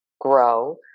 grow